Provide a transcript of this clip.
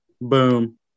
boom